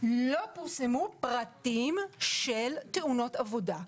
לא פורסמו פרטים על תאונות עבודה,